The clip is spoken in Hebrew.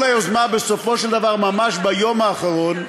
כל היוזמה בסופו של דבר, ממש ביום האחרון,